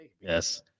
yes